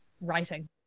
writing